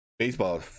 Baseball